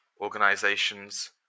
organizations